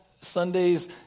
Sunday's